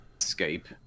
escape